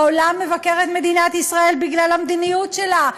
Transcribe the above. העולם מבקר את מדינת ישראל בגלל המדיניות שלה,